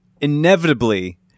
inevitably